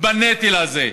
בנטל הזה.